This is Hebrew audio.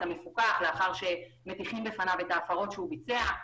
המפוקח לאחר שמטיחים בפניו את ההפרות שהוא ביצע.